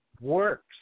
works